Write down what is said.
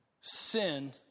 sin